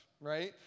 right